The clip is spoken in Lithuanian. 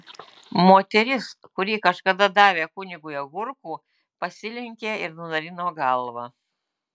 moteris kuri kažkada davė kunigui agurkų pasilenkė ir nunarino galvą